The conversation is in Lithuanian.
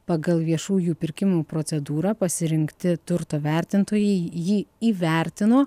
pagal viešųjų pirkimų procedūrą pasirinkti turto vertintojai jį įvertino